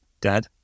dad